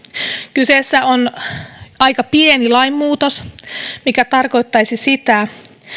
kyseessä on aika pieni lainmuutos mikä tarkoittaisi sitä